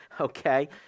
okay